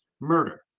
murder